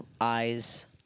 Eyes